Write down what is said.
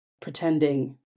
pretending